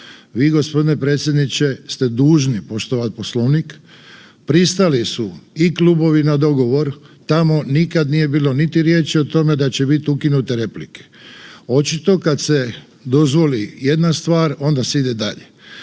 Vi gospodine predsjedniče ste dužni poštovati Poslovnik, pristali su i klubovi na dogovor, tamo nikad nije bilo niti riječi o tome da će biti ukinute replike. Očito kad se dozvoli jedna stvar onda se ide dalje.